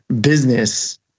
business